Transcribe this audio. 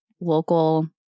local